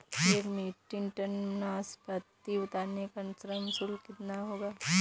एक metric tonne नाशपाती उतारने का श्रम शुल्क कितना होगा?